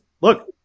Look